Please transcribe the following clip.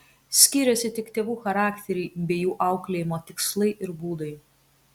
skyrėsi tik tėvų charakteriai bei jų auklėjimo tikslai ir būdai